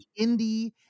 indie